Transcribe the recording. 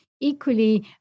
equally